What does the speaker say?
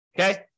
Okay